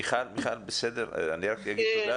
מיכל, רק רגע, רק אגיד תודה